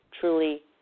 truly